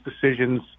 decisions